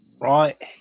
Right